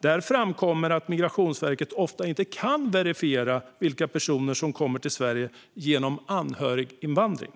Där framkommer att Migrationsverket ofta inte kan verifiera vilka personer som kommer till Sverige genom anhöriginvandring.